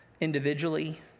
individually